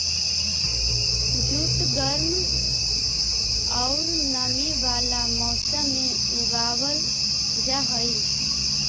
jute गर्म औउर नमी वाला मौसम में उगावल जा हई